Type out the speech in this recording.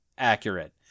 accurate